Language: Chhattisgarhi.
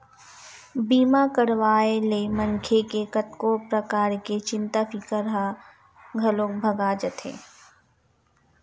बीमा करवाए ले मनखे के कतको परकार के चिंता फिकर ह घलोक भगा जाथे